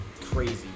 crazy